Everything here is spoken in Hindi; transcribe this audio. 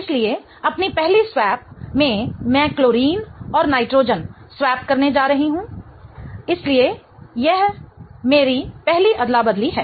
इसलिए अपनी पहली स्वैप में मैं क्लोरीन और नाइट्रोजन स्वैप करने जा रही हूं इसलिए यह मेरी पहली अदला बदली है